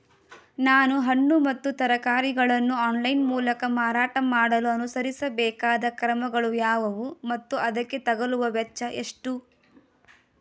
ನಾನು ಹಣ್ಣು ಮತ್ತು ತರಕಾರಿಗಳನ್ನು ಆನ್ಲೈನ ಮೂಲಕ ಮಾರಾಟ ಮಾಡಲು ಅನುಸರಿಸಬೇಕಾದ ಕ್ರಮಗಳು ಯಾವುವು ಮತ್ತು ಅದಕ್ಕೆ ತಗಲುವ ವೆಚ್ಚ ಎಷ್ಟು?